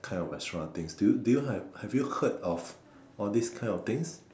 kind of extra things do you do you have have you heard of all these kind of things